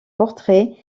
portraits